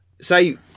say